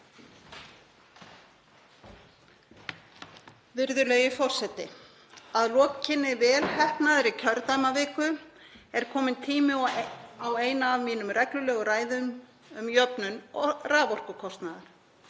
Virðulegi forseti. Að lokinni vel heppnaðri kjördæmaviku er kominn tími á eina af mínum reglulegu ræðum um jöfnun raforkukostnaðar.